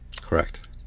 Correct